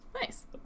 Nice